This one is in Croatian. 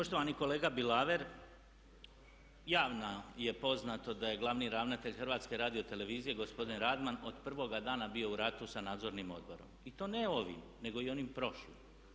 Poštovani kolega Bilaver, javno je poznato da je glavni ravnatelj HRT-a gospodin Radman od prvoga dana u bio u ratu sa Nadzornim odborom i to ne ovim, nego i onim prošlim.